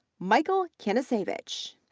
michael kinasiewicz,